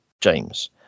James